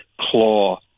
claw